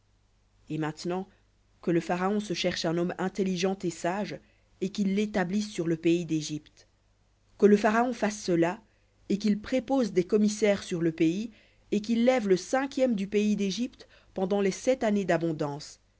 et maintenant que le pharaon se cherche un homme intelligent et sage et qu'il l'établisse sur le pays dégypte que le pharaon fasse et qu'il prépose des commissaires sur le pays et qu'il lève le cinquième du pays d'égypte pendant les sept années d'abondance